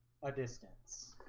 a distance